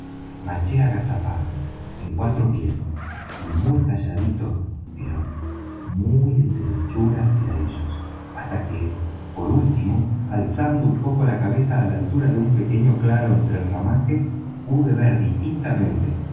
marché agazapado en cuatro pies y muy callandito pero muy en derechura hacia ellos hasta que por último alzando un poco la cabeza á la altura de un pequeño claro entre el ramaje pude ver distintamente